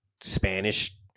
Spanish